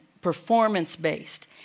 performance-based